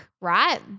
right